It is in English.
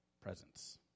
presence